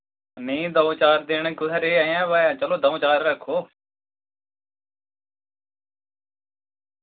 नेईं द'ऊं चार दिन कु'त्थै रेह् अजें वा ऐ अजें द'ऊं चार रक्खो